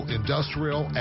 industrial